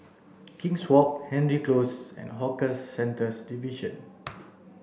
king's Walk Hendry Close and Hawker Centres Division